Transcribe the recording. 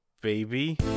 baby